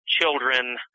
children